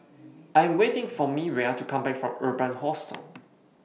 I Am waiting For Miriah to Come Back from Urban Hostel